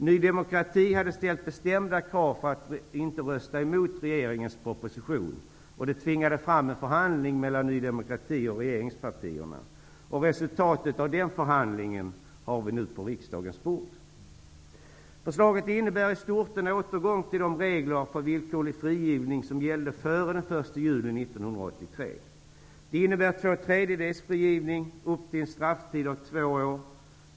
Ny demokrati hade ställt bestämda krav för att inte rösta emot regeringens proposition. Detta tvingade fram en förhandling mellan Ny demokrati och regeringspartierna, och resultatet av den förhandlingen har vi nu på riksdagens bord. Förslaget innebär i stort en återgång till de regler för villkorlig frigivning som gällde före den 1 juli 1983. Det innebär frigivning efter två tredjedelar av en strafftid på upp till två år.